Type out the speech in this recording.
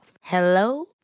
Hello